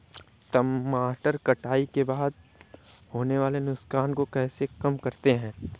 टमाटर कटाई के बाद होने वाले नुकसान को कैसे कम करते हैं?